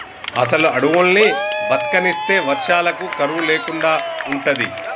అసలు అడువుల్ని బతకనిస్తే వర్షాలకు కరువు లేకుండా ఉంటది